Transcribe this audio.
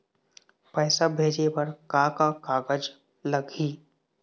पैसा भेजे बर का का कागज लगही?